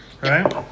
right